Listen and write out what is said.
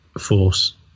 force